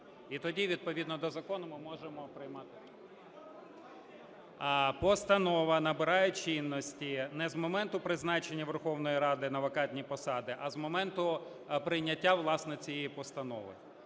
І тоді, відповідно до закону, ми можемо приймати. (Шум у залі) Постанова набирає чинності не з моменту призначення Верховною Радою на вакантні посади, а з моменту прийняття, власне, цієї постанови.